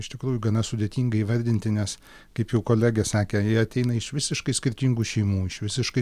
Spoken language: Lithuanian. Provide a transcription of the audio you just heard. iš tikrųjų gana sudėtinga įvardinti nes kaip jau kolegė sakė jie ateina iš visiškai skirtingų šeimų iš visiškai